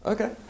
Okay